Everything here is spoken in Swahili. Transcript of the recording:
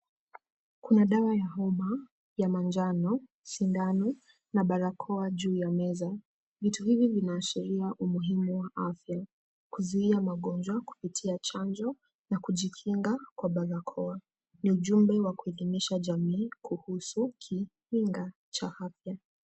Kuna dawa ya homa ya manjano, sindano na barakoa juu ya meza. Vitu hivi vinaashiria umuhimu wa afya, kuzuia magonjwa kupitia chanjo na kujikinga kwa barakoa, ni ujumbe wa kuidhinisha jamii kuhusu kinga cha afya.